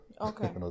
Okay